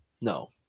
No